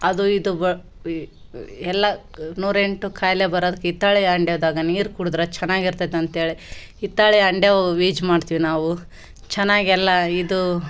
ಅದು ಇದು ಭಾಳ್ ಎಲ್ಲ ನೂರೆಂಟು ಖಾಯ್ಲೆ ಬರೋದು ಹಿತ್ತಾಳೆ ಹಂಡೆದಾಗ ನೀರು ಕುಡಿದ್ರೆ ಚೆನ್ನಾಗಿರ್ತತ್ ಅಂತೇಳಿ ಹಿತ್ತಾಳೆ ಹಂಡೆವು ವೀಜ್ ಮಾಡ್ತೀವಿ ನಾವು ಚೆನ್ನಾಗ್ ಎಲ್ಲ ಇದು